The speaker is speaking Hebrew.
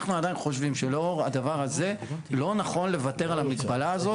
אנחנו עדיין חושבים שלאור הדבר הזה לא נכון לוותר על המגבלה הזאת.